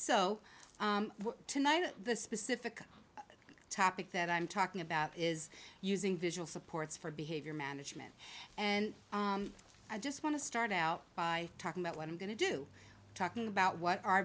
o tonight the specific topic that i'm talking about is using visual supports for behavior management and i just want to start out by talking about what i'm going to do talking about what our